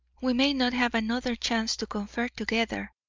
we may not have another chance to confer together.